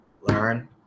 learn